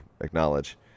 acknowledge